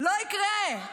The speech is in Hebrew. לא יקרה.